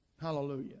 Hallelujah